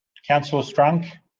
councillor strunk?